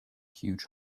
huge